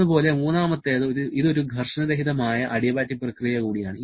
അതുപോലെ മൂന്നാമത്തേത് ഇത് ഒരു ഘർഷണരഹിതമായ അഡിയബാറ്റിക് പ്രക്രിയ കൂടിയാണ്